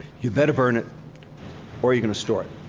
you better burn it or you're gonna store it.